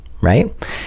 right